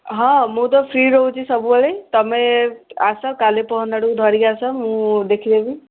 ହଁ ମୁଁ ତ ଫ୍ରି ରହୁଛି ସବୁବେଳେ ତୁମେ ଆସ କାଲି ପହରଦିନ ଆଡ଼କୁ ଧରିକି ଆସ ମୁଁ ଦେଖିଦେବି